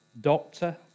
doctor